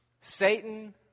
Satan